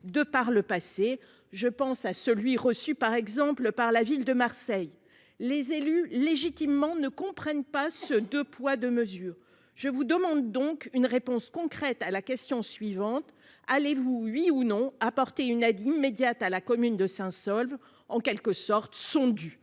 de par le passé, je pense à celui reçu par exemple par la ville de Marseille. Les élus légitimement ne comprennent pas ce 2 poids 2 mesures, je vous demande donc une réponse concrète à la question suivante, allez-vous oui ou non apporter une aide immédiate à la commune de Saint Saulve en quelque sorte son du.